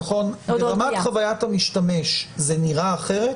ברמת חוויית המשתמש זה נראה אחרת?